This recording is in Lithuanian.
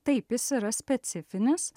taip jis yra specifinis